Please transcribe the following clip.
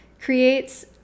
creates